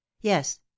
yes